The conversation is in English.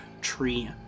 tree